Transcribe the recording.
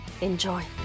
Enjoy